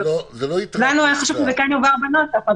לנו היה חשוב שזה יובהר בנוסח,